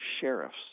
sheriffs